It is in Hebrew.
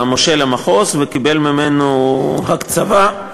למושל המחוז וקיבל ממנו הקצבה,